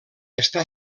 està